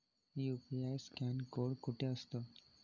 UPI scan code कुठे असतो?